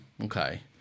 okay